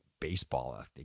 baseball